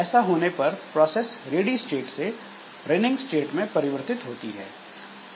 ऐसा होने पर प्रोसेस रेडी स्टेट से रनिंग स्टेट में परिवर्तित होती है